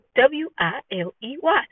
W-I-L-E-Y